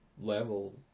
level